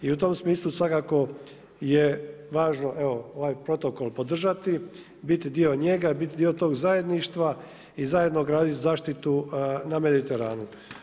I u tom smislu svakako je važno, evo ovaj protokol podržati, biti dio njega, biti dio tog zajedništva i zajedno graditi zaštitu na Mediteranu.